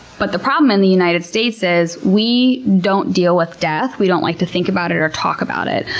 but the problem in the united states is we don't deal with death. we don't like to think about it or talk about it.